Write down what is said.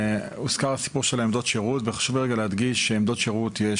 הוזכר הסיפור של עמדות השירות וחשוב לי רגע להדגיש שיש הרבה